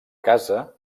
casa